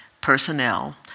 personnel